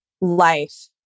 life